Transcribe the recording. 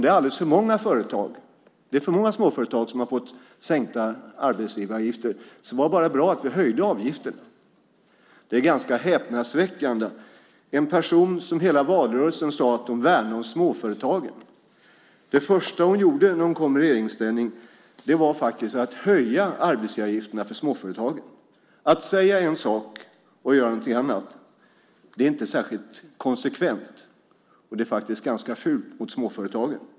Det är alldeles för många småföretag som har fått sänkta arbetsgivaravgifter, så det var bara bra att man höjde avgifterna. Det är ganska häpnadsväckande. En person som hela valrörelsen sade att hon värnar om småföretagen - det första hon gjorde när hon kom i regeringsställning var att höja arbetsgivaravgifterna för småföretagen. Att säga en sak och göra någonting annat är inte särskilt konsekvent, och det är ganska fult mot småföretagen.